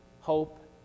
hope